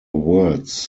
words